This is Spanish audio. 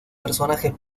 personajes